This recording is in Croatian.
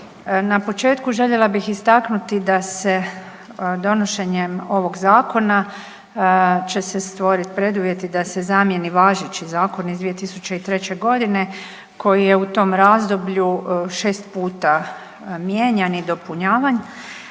Na početku željela bih istaknuti da se donošenjem ovog Zakona će se stvoriti preduvjeti da se zamjeni važeći Zakon iz 2003. g. koji je u tom razdoblju 6 puta mijenjan i dopunjavan